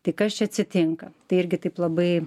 tai kas čia atsitinka tai irgi taip labai